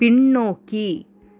பின்னோக்கி